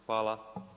Hvala.